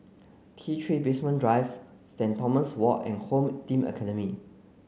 T three Basement Drive Saint Thomas Walk and Home Team Academy